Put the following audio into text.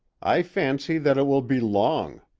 i fancy that it will be long,